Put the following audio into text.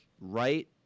right